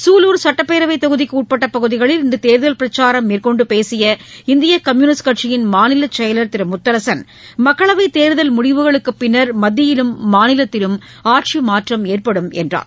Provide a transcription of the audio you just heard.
சூலூர் சட்டப்பேரவை தொகுதிக்கு உட்பட்ட பகுதிகளில் இன்று தேர்தல் பிரச்சாரம் மேற்கொண்டு பேசிய இந்திய கம்யூனிஸ்ட் கட்சியின் மாநிலச்செயலர் திரு முத்தரசன் மக்களவைத் தேர்தல் முடிவுகளுக்கு பின்னர் மத்தியிலும் மாநிலத்திலும் ஆட்சி மாற்றம் ஏற்படும் என்றார்